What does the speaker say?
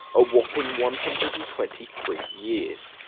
a whopping one hundred and twenty three years!